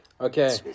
Okay